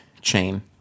chain